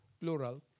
plural